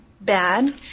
bad